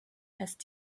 heißt